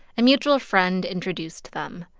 a mutual friend introduced them.